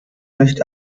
nicht